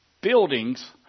buildings